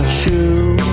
shoe